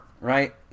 Right